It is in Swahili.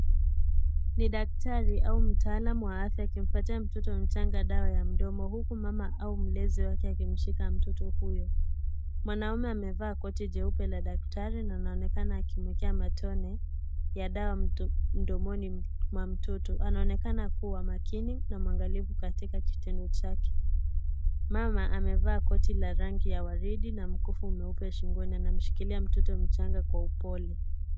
NI daktari au mtaalamu wa afya akimpatia mtoto mchanga dawa ya mdomo huku mama au mlezi wake akimshika mtoto huyo. Mwanaume amevaa koti jeupe la daktari na anaonekana akimwekea matone ya dawa mdomoni mwa mtoto. Anaonekana kuwa makini na mwangalifu katika kitendo chake. Mama amevaa kotia rangi ya waridi na mkufun meupe ulio shingoni. Anamshikilia mtoto mchanga Kwa upole.